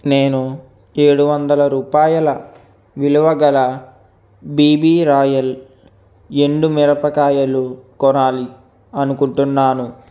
నేను ఏడు వందల రూపాయల విలువ గల బీబీ రాయల్ ఎండు మిరపకాయలు కొనాలి అనుకుంటున్నాను